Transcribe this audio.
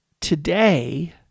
today